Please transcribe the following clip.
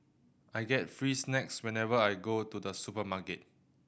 I get free snacks whenever I go to the supermarket